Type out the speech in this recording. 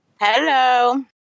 Hello